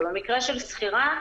במקרה של שכירה,